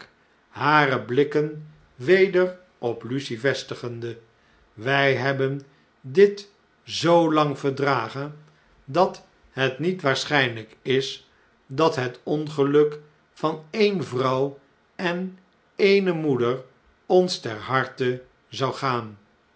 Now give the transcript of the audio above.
hare blikken weder op lucie vestigende wij hebben dit zoolang verdragen dat het niet waarschijnlijk is dat het ongeluk van eene vrouw en eene moeder ons ter harte zou gaan